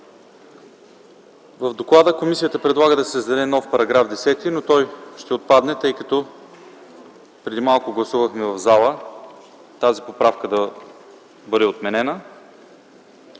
ТОДОРОВ: Комисията предлага да се създаде нов § 10, но той ще отпадне, тъй като преди малко гласувахме в залата тази поправка да бъде отменена.